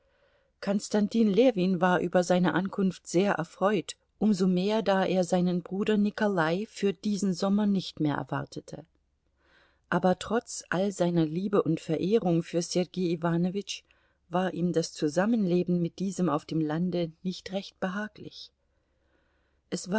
seine ankunft sehr erfreut um so mehr da er seinen bruder nikolai für diesen sommer nicht mehr erwartete